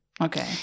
Okay